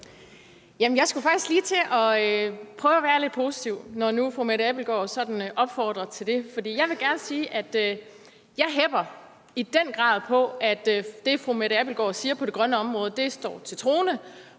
Jeg skulle faktisk lige til at prøve at være lidt positiv, når nu fru Mette Abildgaard sådan opfordrer til det. Jeg vil gerne sige, at jeg i den grad hepper på, at det, fru Mette Abildgaard siger vedrørende det grønne område, står til troende,